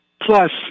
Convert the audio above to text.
Plus